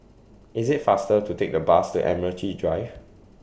IT IS faster to Take The Bus to Admiralty Drive